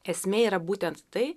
esmė yra būtent tai